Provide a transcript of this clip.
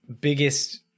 biggest